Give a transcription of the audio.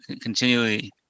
continually